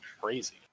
crazy